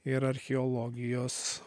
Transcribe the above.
ir archeologijos